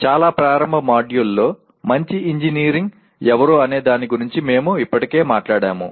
చాలా ప్రారంభ మాడ్యూళ్ళలో మంచి ఇంజనీరింగ్ ఎవరు అనే దాని గురించి మేము ఇప్పటికే మాట్లాడాము